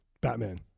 Batman